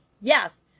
Yes